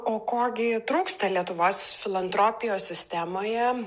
o ko gi trūksta lietuvos filantropijos sistemoje